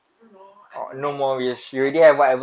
I don't know I'm mean like actually